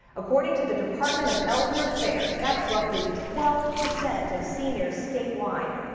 according to the department of elder affairs, that's roughly twelve percent of seniors statewide.